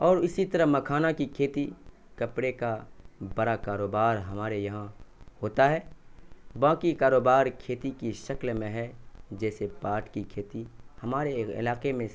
اور اسی طرح مکھانا کی کھیتی کپڑے کا بڑا کاروبار ہمارے یہاں ہوتا ہے باقی کاروبار کھیتی کی شکل میں ہے جیسے پاٹ کی کھیتی ہمارے علاقے میں